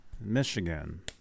Michigan